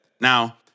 Now